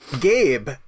Gabe